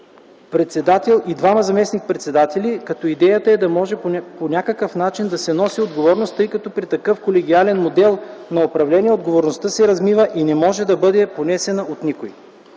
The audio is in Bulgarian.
председател и двама заместник-председатели, като идеята е да може по някакъв начин да се носи отговорност, тъй като при такъв колегиален модел на управление, отговорността се размива и не може да бъде понесена от никой.